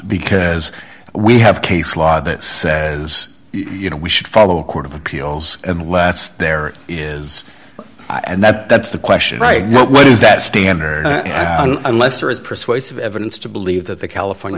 because we have case law that says you know we should follow a court of appeals unless there is and that's the question right now what is that standard unless there is persuasive evidence to believe that the california